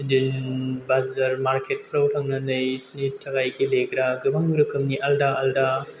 बिदिनो बाजार मारकेटफ्राव थांनानै बिसोरनि थाखाय गेलेग्रा गोबां रोखोमनि आलादा आलादा